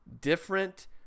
different